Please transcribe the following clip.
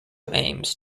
aims